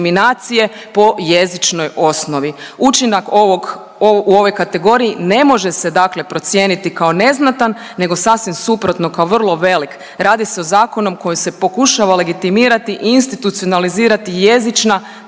po jezičnoj osnovi. Učinak ovog, u ovoj kategoriji ne može se dakle procijeniti kao neznatan nego sasvim suprotno kao vrlo velik. Radi se o zakonu kojim se pokušava legitimirati i institucionalizirati jezična